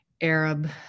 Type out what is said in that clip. Arab